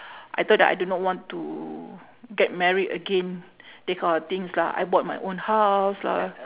I thought I do not want to get married again that kind of things lah I bought my own house lah